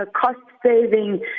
cost-saving